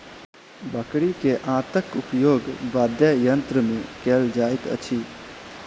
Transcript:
बकरी के आंतक उपयोग वाद्ययंत्र मे कयल जाइत अछि